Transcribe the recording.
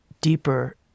deeper